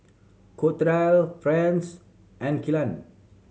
Clotilde Franz and Killian